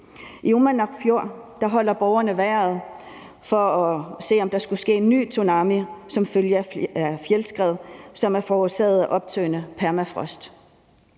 I Uummannaq Fjord holder borgerne vejret for at se, om der skulle komme en ny tsunami som følge af fjeldskred, som er forårsaget af optøende permafrost.